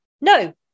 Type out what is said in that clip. no